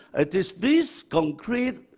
it is this concrete,